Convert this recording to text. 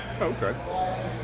Okay